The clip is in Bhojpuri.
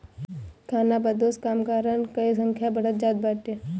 खानाबदोश कामगारन कअ संख्या बढ़त जात बाटे